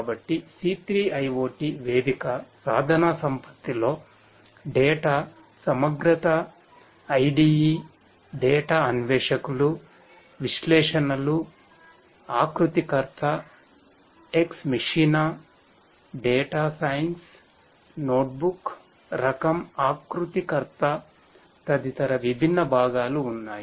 కాబట్టి C3 IoT వేదిక సాధనసంపత్తిలో డేటా రకం ఆకృతికర్త తదితర విభిన్న భాగాలు ఉన్నాయి